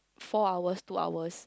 four hours two hours